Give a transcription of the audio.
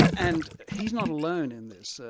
and he's not alone in this. ah